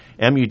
MUD